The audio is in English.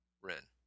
Ren